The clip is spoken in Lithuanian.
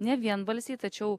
ne vienbalsiai tačiau